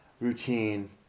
routine